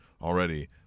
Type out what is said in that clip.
already